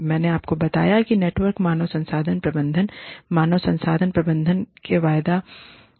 मैंने आपको बताया कि नेटवर्क मानव संसाधन प्रबंधन मानव संसाधन प्रबंधन के वायदा में से एक है